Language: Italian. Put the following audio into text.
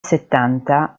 settanta